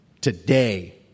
Today